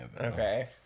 Okay